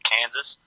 Kansas